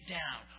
down